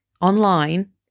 online